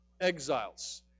exiles